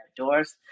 outdoors